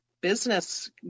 business